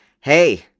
Hey